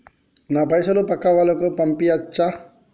నా పైసలు పక్కా వాళ్ళకు పంపియాచ్చా?